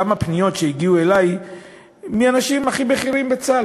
הגיעו אלי כמה פניות מאנשים הכי בכירים בצה"ל,